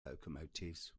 locomotives